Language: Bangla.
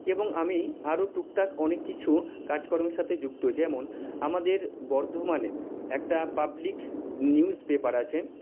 এবং আমি আরও টুকটাক অনেক কিছু কাজকর্মের সাথে যুক্ত যেমন আমাদের বর্ধমানের একটা পাবলিক নিউজ পেপার আছে